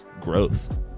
growth